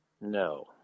no